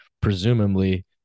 presumably